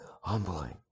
humbling